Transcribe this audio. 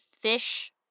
fish